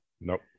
nope